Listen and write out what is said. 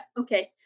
okay